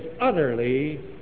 utterly